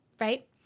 right